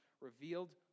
revealed